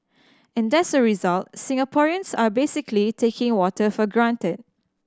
and as a result Singaporeans are basically taking water for granted